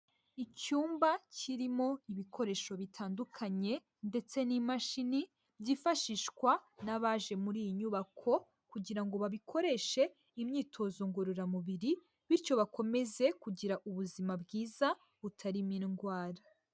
Icyumba kirimo ibikoresho bitandukanye ndetse n'imashini byifashishwa n'abaje muri iyi nyubako kugira ngo babikoreshe imyitozo ngororamubiri, bityo bakomeze kugira ubuzima bwiza butarimo indwara.